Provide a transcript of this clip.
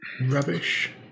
Rubbish